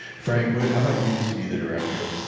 frank, but ah how about you just be the director?